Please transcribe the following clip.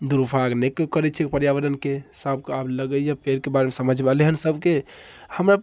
दुर्भाग्य नहि केओ करैत छै पर्यावरणके सबके आब लगैए पेड़के बारेमे समझमे एलै हन सबके हमरा